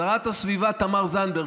שרת הסביבה תמר זנדברג.